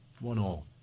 one-all